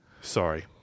Sorry